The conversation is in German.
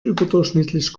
überdurchschnittlich